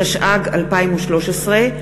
התשע"ג 2013,